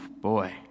boy